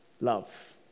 love